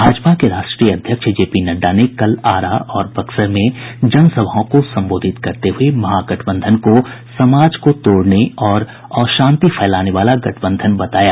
भाजपा के राष्ट्रीय अध्यक्ष जेपी नड्डा ने कल आरा और बक्सर में जनसभाओं को संबोधित करते हुये महागठबंधन को समाज को तोड़ने और अशांति फैलाने वाला गठबंधन बताया